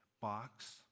box